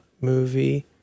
movie